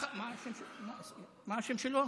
מה השם שלו?